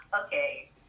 Okay